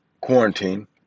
quarantine